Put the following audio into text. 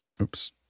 oops